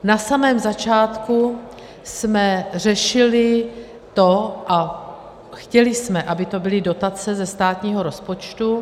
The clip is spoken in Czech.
Na samém začátku jsme řešili to a chtěli jsme, aby to byly dotace ze státního rozpočtu.